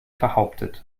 behauptet